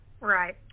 Right